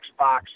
xbox